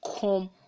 come